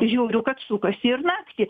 žiūriu kad sukasi ir naktį